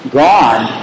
gone